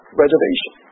reservation